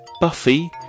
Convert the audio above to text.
Buffy